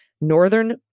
northern